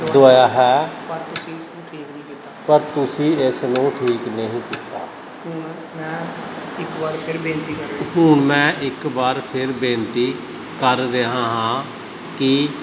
ਦਵਾਇਆ ਹੈ ਪਰ ਤੁਸੀਂ ਇਸ ਨੂੰ ਠੀਕ ਨਹੀਂ ਕੀਤਾ ਹੁਣ ਮੈਂ ਇੱਕ ਵਾਰ ਫਿਰ ਬੇਨਤੀ ਕਰ ਰਿਹਾ ਹਾਂ ਕਿ